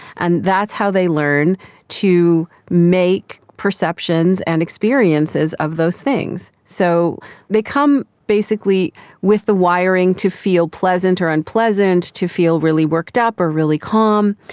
and that's how they learn to make perceptions and experiences of those things. so they come basically with the wiring to feel pleasant or unpleasant, to feel really worked up or really calm.